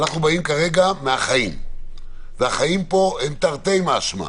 אנחנו באים כרגע מהצד של החיים והחיים כאן הם תרתי משמע.